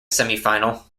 semifinal